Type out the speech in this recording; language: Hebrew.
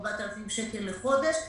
4,000 שקל לחודש,